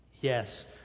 Yes